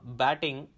batting